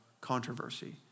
controversy